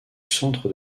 centre